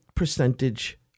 Percentage